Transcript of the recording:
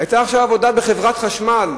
היתה עכשיו עבודה בחברת החשמל,